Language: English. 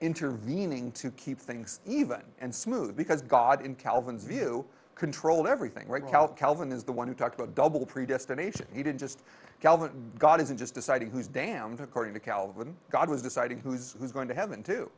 intervening to keep things even and smooth because god in calvin's view controlled everything right cal calvin is the one who talked about double predestination he did just god isn't just deciding who's damned according to calvin god was deciding who's who's going to heaven too